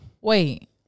Wait